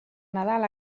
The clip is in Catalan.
nadal